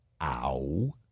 ow